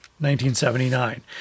1979